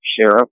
sheriff